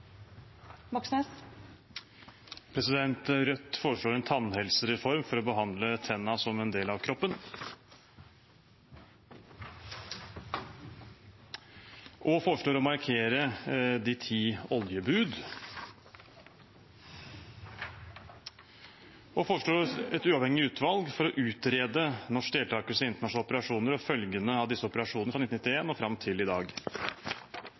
Rødt foreslår en tannhelsereform for å behandle tennene som en del av kroppen. Vi foreslår å markere de ti oljebud. Til slutt foreslår vi et uavhengig utvalg for å utrede norsk deltakelse i internasjonale operasjoner og følgene av disse operasjonene, fra 1991 og fram til i dag.